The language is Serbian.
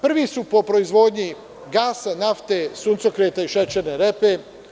Prvi su po proizvodnji gasa, nafte, suncokreta i šećerne repe.